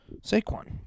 Saquon